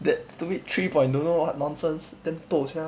that stupid three point don't know what nonsense damn toh sia